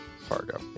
Fargo